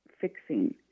fixing